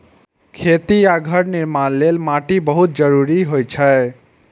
खेती आ घर निर्माण लेल माटि बहुत जरूरी होइ छै